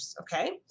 okay